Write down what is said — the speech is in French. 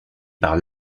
par